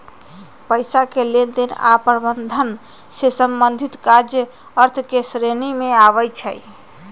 पइसा के लेनदेन आऽ प्रबंधन से संबंधित काज अर्थ के श्रेणी में आबइ छै